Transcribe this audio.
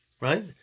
right